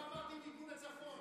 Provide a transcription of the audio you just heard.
לא דיברתי על מיגון הצפון.